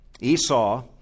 Esau